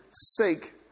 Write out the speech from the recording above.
seek